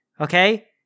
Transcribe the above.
okay